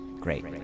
Great